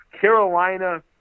Carolina